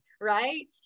Right